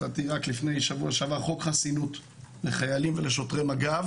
הצעתי רק לפני שבוע חוק חסינות לחיילים ולשוטרי מג"ב